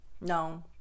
no